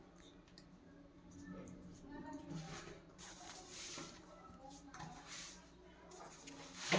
ಭಾರತ ಹಾಲು, ಬೇಳೆಕಾಳು ಮತ್ತ ಸೆಣಬಿನ ಉತ್ಪಾದನೆಯೊಳಗ ವಜಗತ್ತಿನ ಅತಿದೊಡ್ಡ ದೇಶ ಆಗೇತಿ